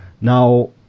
Now